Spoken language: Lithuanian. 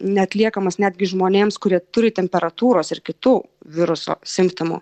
neatliekamas netgi žmonėms kurie turi temperatūros ir kitų viruso simptomų